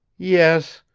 yes,